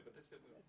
בבתי ספר.